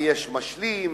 ויש "משלים",